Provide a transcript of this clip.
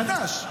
החדש.